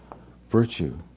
Virtue